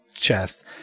chest